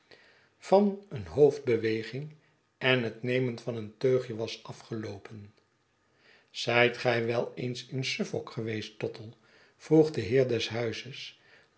van een hoofdbeweging en het nemen van een teugje was afgeloopen zijt gij wel eens in suffolk geweest tottle vroeg de heer des huizes